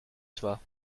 toi